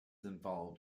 involved